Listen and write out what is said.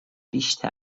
بیشتر